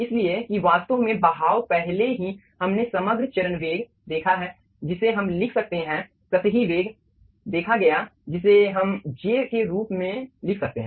इसलिए कि वास्तव में बहाव पहले ही हमने समग्र चरण वेग देखा है जिसे हम लिख सकते हैं सतही वेग देखा गया जिसे हम j के रूप में लिख सकते हैं